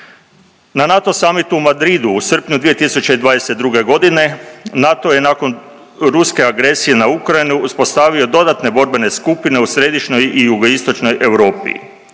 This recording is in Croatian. Na NATO summitu u Madridu u srpnju 2022. godine NATO je nakon ruske agresije na Ukrajinu uspostavio dodatne borbene skupine u središnjoj i jugoistočnoj Europi.